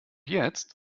jetzt